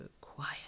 quiet